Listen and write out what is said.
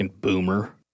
boomer